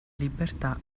libertà